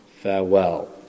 Farewell